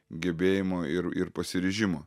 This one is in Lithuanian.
gebėjimo ir ir pasiryžimo